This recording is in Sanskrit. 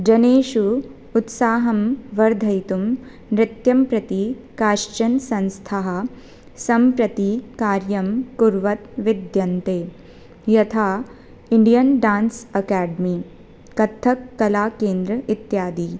जनेषु उत्साहं वर्धयितुं नृत्यं प्रति काश्चन संस्थाः सम्प्रति कार्यं कुर्वत् विद्यन्ते यथा Indian dance academy Kathak Kalakendra इत्यादि